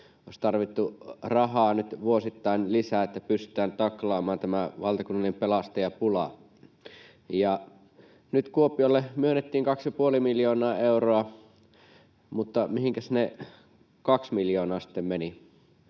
olisi tarvittu rahaa nyt vuosittain lisää, että pystytään taklaamaan tämä valtakunnallinen pelastajapula. Nyt Kuopiolle myönnettiin kaksi ja puoli miljoonaa euroa, mutta mihinkäs ne kaksi miljoonaa sitten menivät?